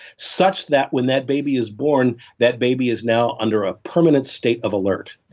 such that when that baby is born that baby is now under a permanent state of alert.